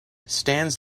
stands